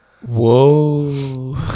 Whoa